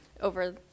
over